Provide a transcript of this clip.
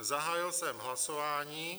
Zahájil jsem hlasování.